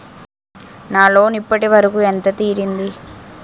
నా లోన్ ఇప్పటి వరకూ ఎంత తీరింది?